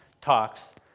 talks